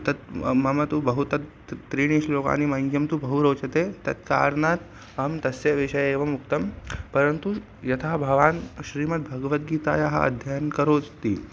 तत् मम तु बहु तत् त्रीणि श्लोकानि मह्यं तु बहु रोचते तत्कारणात् अहं तस्य विषये एवम् उक्तं परन्तु यथा भवान् श्रीमद्भगवद्गीतायाः अध्ययनं करोति